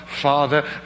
Father